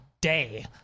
Day